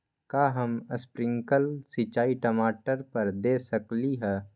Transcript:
का हम स्प्रिंकल सिंचाई टमाटर पर दे सकली ह?